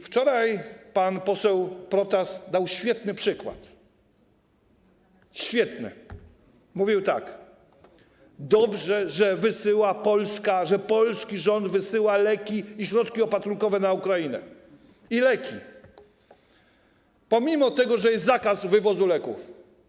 Wczoraj pan poseł Protas dał świetny przykład, mówił tak: dobrze, że Polska wysyła, że polski rząd wysyła leki i środki opatrunkowe na Ukrainę pomimo tego, że jest zakaz wywozu leków.